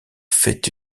fait